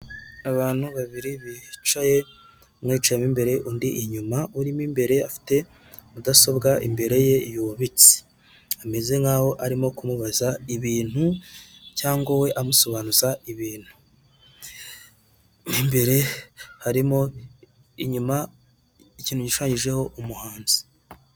Abantu babiri bicaye, umwe yicayemo imbere, undi inyuma, urimo imbere afite mudasobwa imbere ye yubitse, ameze nk'aho arimo kumubaza ibintu cyangwa we amusobanuza ibintu, imbere harimo inyuma ikintu gishanyijeho umuhanzi.